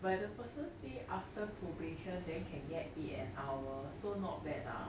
but the person say after probation then can get eight an hour so not bad lah